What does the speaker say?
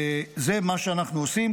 זה מה שאנחנו עושים,